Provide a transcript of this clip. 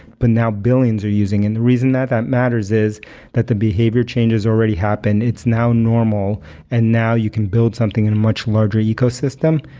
but now billions are using the reason that that matters is that the behavior change has already happened. it's now normal and now you can build something in a much larger ecosystem,